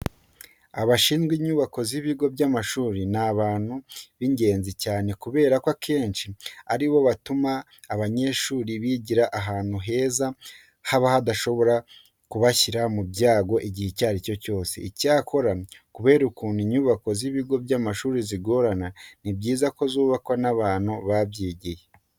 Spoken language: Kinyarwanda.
Abashinzwe inyubako z'ibigo by'amashuri ni abantu b'ingenzi cyane kubera ko akenshi ari bo batuma abanyeshuri bigira ahantu heza haba hadashobora kubashyira mu byago igihe icyo ari cyo cyose. Icyakora kubera ukuntu inyubako z'ibigo by'amashuri zigorana ni byiza ko zubakwa n'abantu babyigiye.